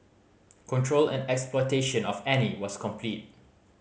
control and exploitation of Annie was complete